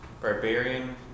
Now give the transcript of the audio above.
barbarian